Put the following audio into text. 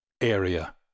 area